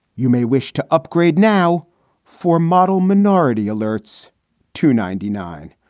you may wish to upgrade now for model minority alerts to ninety nine.